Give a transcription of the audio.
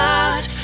God